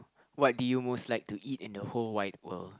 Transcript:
what do you most like to eat in the whole wide world